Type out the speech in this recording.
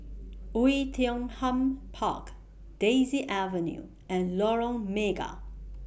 Oei Tiong Ham Park Daisy Avenue and Lorong Mega